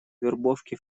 вербовки